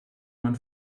man